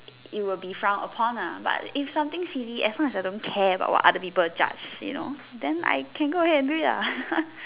you will be frowned upon lah but if some thing silly as long as I don't care about what other people judge you know then I can go ahead and do it lah